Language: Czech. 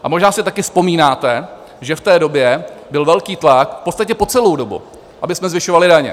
A možná si taky vzpomínáte, že v té době byl velký tlak v podstatě po celou dobu, abychom zvyšovali daně.